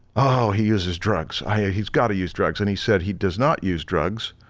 oh he uses drugs, ah yeah he's gotta use drugs and he said he does not use drugs,